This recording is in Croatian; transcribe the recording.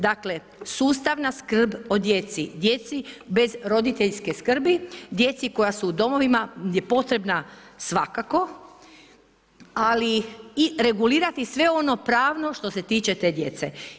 Dakle, sustavna skrb o djeci, djeci bez roditeljske skrbi, djeci koja su u domovima gdje je potrebna svakako ali i regulirati sve ono pravno što se tiče te djece.